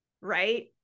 right